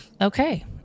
okay